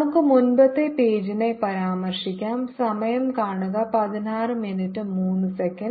നമുക്ക് മുമ്പത്തെ പേജിനെ പരാമർശിക്കാം സമയം കാണുക 1603